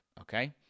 Okay